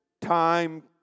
time